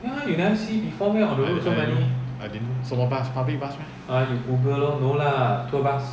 I don't know I didn't 什么 bus public bus meh